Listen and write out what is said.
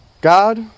God